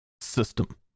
system